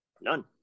None